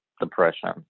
depression